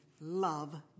love